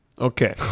Okay